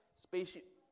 spaceship